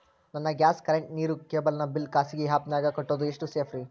ನನ್ನ gas current, ನೇರು, cable ನ ಬಿಲ್ ಖಾಸಗಿ ಆ್ಯಪ್ ನ್ಯಾಗ್ ಕಟ್ಟೋದು ಎಷ್ಟು ಸೇಫ್ರಿ?